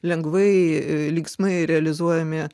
lengvai linksmai realizuojami